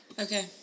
Okay